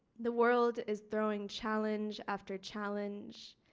the world is throwing challenge after challenge.